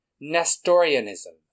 Nestorianism